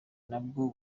nabwo